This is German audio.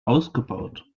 ausgebaut